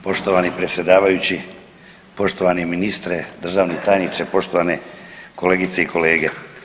Poštovani predsjedavajući, poštovani ministre, državni tajniče, poštovane kolegice i kolege.